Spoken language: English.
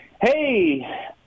Hey